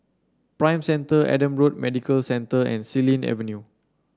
Prime Centre Adam Road Medical Centre and Xilin Avenue